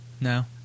No